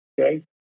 okay